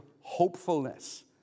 hopefulness